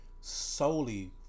solely